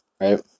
right